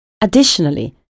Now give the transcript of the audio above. Additionally